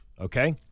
okay